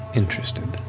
interested,